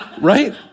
Right